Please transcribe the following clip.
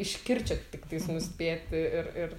iš kirčio tiktais nuspėti ir ir